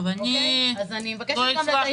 אני מבקשת לדייק בנתונים.